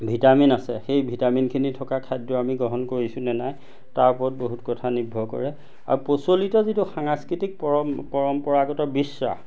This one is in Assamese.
ভিটামিন আছে সেই ভিটামিনখিনি থকা খাদ্য আমি গ্ৰহণ কৰিছোঁ নে নাই তাৰ ওপৰত বহুত কথা নিৰ্ভৰ কৰে আৰু প্ৰচলিত যিটো সাংস্কৃতিক পৰম পৰম্পৰাগত বিশ্বাস